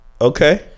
Okay